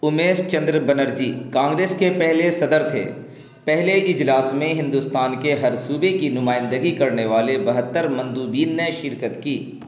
امیش چندر بنرجی کانگریس کے پہلے صدر تھے پہلے اجلاس میں ہندوستان کے ہر صوبے کی نمائندگی کرنے والے بہتر مندوبین نے شرکت کی